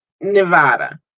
Nevada